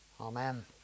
Amen